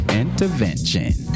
intervention